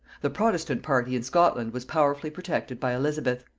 the protestant party in scotland was powerfully protected by elizabeth,